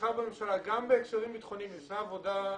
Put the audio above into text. גם בהקשרים ביטחוניים הוא עשה עבודה.